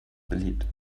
beliebt